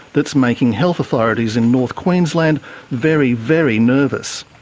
that's making health authorities in north queensland very, very nervous.